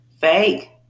Fake